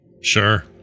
Sure